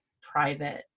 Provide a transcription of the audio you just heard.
private